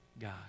God